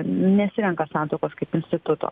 nesirenka santuokos kaip instituto